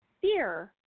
fear